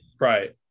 right